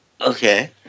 Okay